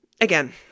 again